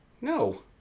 No